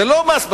זה לא מס בצורת.